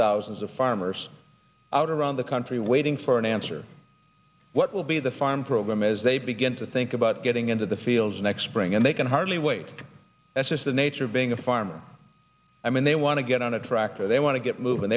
thousands of farmers out around the country waiting for an answer what will be the farm program as they begin to think about getting into the fields next spring and they can hardly wait that's just the nature of being a farmer i mean they want to get on a tractor they want to get moving